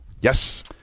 Yes